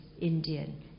Indian